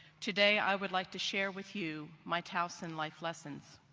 today i would like to share with you my towson life lessons.